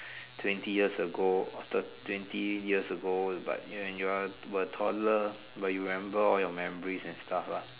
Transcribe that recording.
twenty years ago or third twenty years ago but when you are a toddler but you remember all your memories and stuff lah